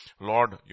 Lord